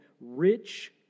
rich